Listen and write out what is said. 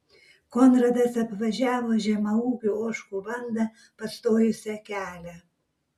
konradas apvažiavo žemaūgių ožkų bandą pastojusią kelią